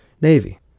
Navy